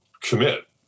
commit